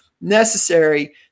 necessary